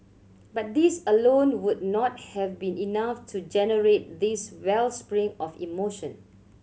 but these alone would not have been enough to generate this wellspring of emotion